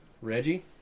Reggie